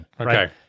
Okay